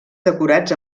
decorats